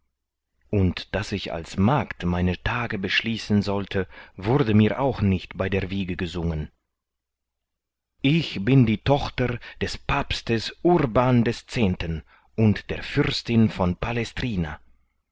und daß ich als magd meine tage beschließen sollte wurde mir auch nicht bei der wiege gesungen ich bin die tochter des papstes urban x und der fürstin von palestrina